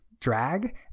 drag